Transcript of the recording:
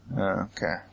Okay